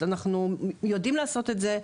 אנחנו יודעים לעשות את זה,